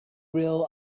real